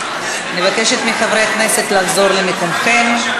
אני מבקשת מחברי הכנסת לחזור למקומכם.